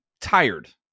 tired